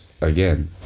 again